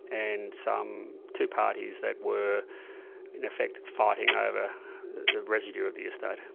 and some two parties that were in effect fighting over the residue of the estate.